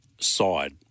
side